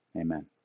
Amen